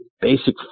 basic